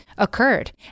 occurred